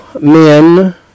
men